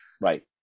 Right